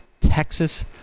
Texas